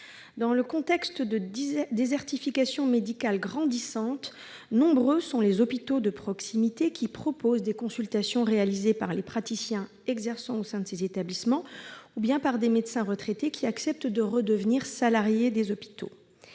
Dans un contexte de désertification médicale grandissante, nombreux sont les hôpitaux de proximité qui proposent des consultations réalisées par les praticiens exerçant au sein de ces établissements, ou bien par des médecins retraités qui acceptent de redevenir salariés des hôpitaux.